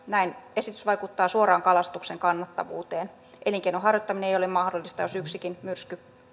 näin esitys vaikuttaa suoraan kalastuksen kannattavuuteen elinkeinon harjoittaminen ei ole mahdollista jos yksikin myrsky